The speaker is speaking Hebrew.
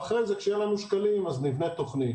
ואחרי זה, כשיהיו לנו שקלים, אז נבנה תוכנית.